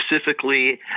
specifically